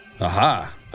Aha